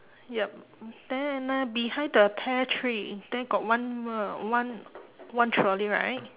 yup then uh behind the pear tree there got one uh one one trolley right